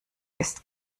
ist